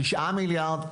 תשעה מיליארד,